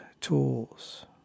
tools